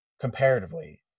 comparatively